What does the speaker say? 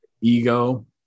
ego